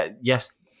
yes